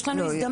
יש לנו הזדמנות.